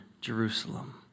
Jerusalem